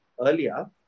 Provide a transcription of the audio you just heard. earlier